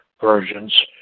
versions